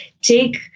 take